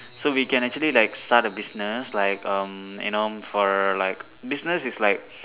so we can actually like start a business like um you know for like business is like